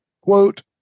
quote